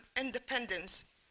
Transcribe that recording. independence